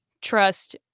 trust